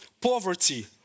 poverty